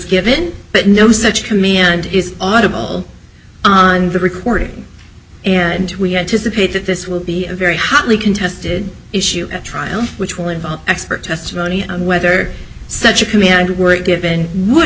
given but no such command is audible on the recording and we had to submit that this will be a very hotly contested issue at trial which will involve expert testimony whether such a command were given would